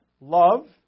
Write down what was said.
Love